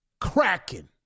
Cracking